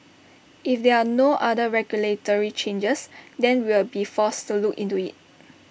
if there are no other regulatory changes then we'll be forced to look into IT